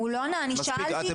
מספיק,